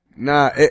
Nah